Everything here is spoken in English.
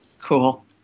Cool